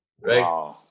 Right